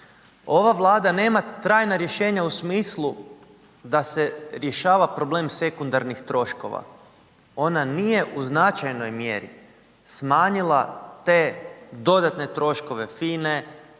Ova Vlada nema trajna rješenja u smislu da se rješava problem sekundarnih troškova, ona nije u značajnoj mjeri smanjila te dodatne troškove FINE,